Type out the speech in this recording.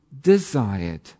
desired